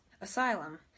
asylum